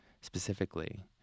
specifically